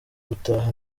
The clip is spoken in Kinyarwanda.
gutaha